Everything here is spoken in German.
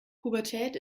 pubertät